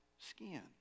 skin